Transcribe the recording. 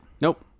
nope